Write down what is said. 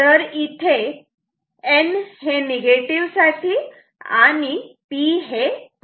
तर इथे N हे निगेटिव्ह साठी आणि P हे पॉझिटिव्ह साठी आहे